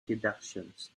deductions